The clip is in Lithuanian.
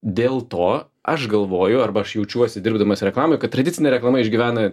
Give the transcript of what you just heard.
dėl to aš galvoju arba aš jaučiuosi dirbdamas reklamoj kad tradicinė reklama išgyvena